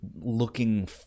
looking